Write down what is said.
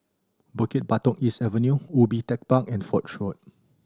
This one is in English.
Bukit Batok East Avenue Ubi Tech Park and Foch Road